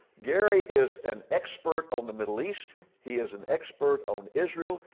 gary, is an expert on the middle east. he is an expert on israel.